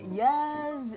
yes